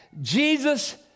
Jesus